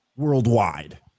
worldwide